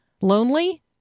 lonely